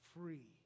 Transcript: free